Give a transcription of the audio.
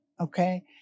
Okay